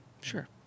sure